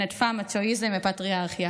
שנטפה מצ'ואיזם ופטריארכיה"